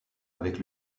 avec